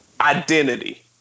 identity